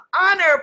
honor